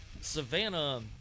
Savannah